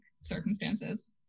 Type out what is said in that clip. circumstances